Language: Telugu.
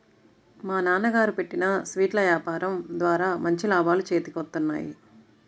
మా నాన్నగారు పెట్టిన స్వీట్ల యాపారం ద్వారా మంచి లాభాలు చేతికొత్తన్నాయి